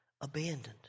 abandoned